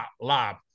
lab